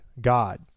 God